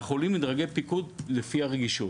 אנחנו הולכים לדרגי פיקוד לפי הרגישות